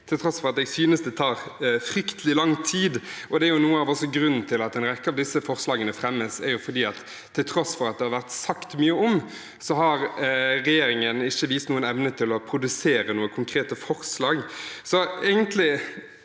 jeg synes det tar fryktelig lang tid. Noe av grunnen til at en rekke av disse forslagene fremmes, er at til tross for at det har vært sagt mye om det, har regjeringen ikke vist noen evne til å produsere noen konkrete forslag.